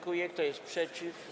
Kto jest przeciw?